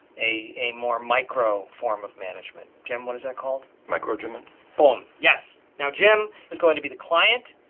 a, a more micro form of management. jim, what is that called? microgement boom! yes! now jim is going to be the client,